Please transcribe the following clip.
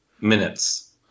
Minutes